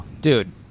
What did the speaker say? Dude